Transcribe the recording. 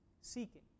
seeking